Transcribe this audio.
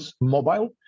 mobile